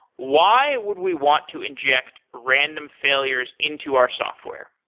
why would we want to inject random failures into our software?